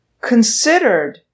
considered